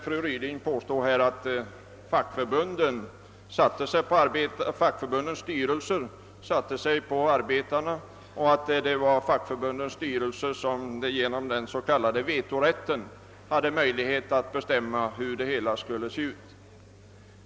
Fru Ryding påstod att fackförbundens styrelser »sätter sig» på arbetarna och genom den s.k. vetorätten kan bestämma hur avtalet skall se ut.